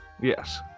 Yes